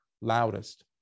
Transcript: loudest